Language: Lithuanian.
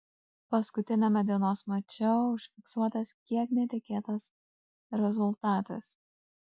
paskutiniame dienos mače užfiksuotas kiek netikėtas rezultatas